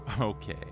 Okay